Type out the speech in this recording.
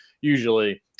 Usually